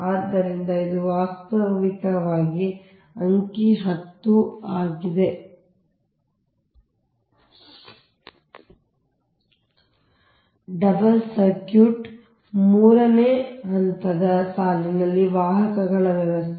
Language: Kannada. ಆದ್ದರಿಂದ ಇದು ವಾಸ್ತವವಾಗಿ ಅಂಕಿ 10 ಆಗಿದೆ ಡಬಲ್ ಸರ್ಕ್ಯೂಟ್ 3 ಹಂತದ ಸಾಲಿನಲ್ಲಿ ವಾಹಕಗಳ ವ್ಯವಸ್ಥೆ